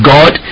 God